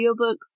audiobooks